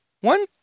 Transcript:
One